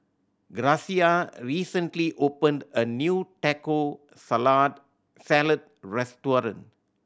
Gracia recently opened a new Taco Salad restaurant